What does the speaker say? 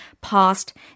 past